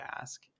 ask